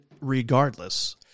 regardless